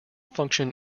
function